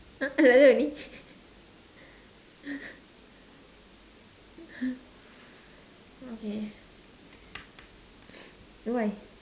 !huh! like that only okay why